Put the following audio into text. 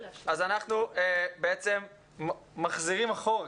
אנחנו מחזירים אחור,